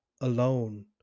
alone